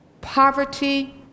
poverty